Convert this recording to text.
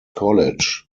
college